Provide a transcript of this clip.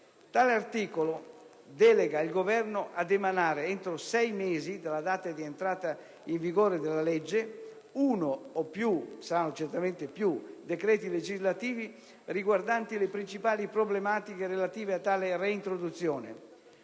Tale articolo delega il Governo ad emanare, entro sei mesi dalla data di entrata in vigore della legge, uno o più (saranno certamente più d'uno) decreti legislativi riguardanti le principali problematiche relative a tale reintroduzione.